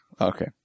Okay